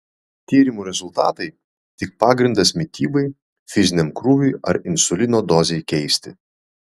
tyrimų rezultatai tik pagrindas mitybai fiziniam krūviui ar insulino dozei keisti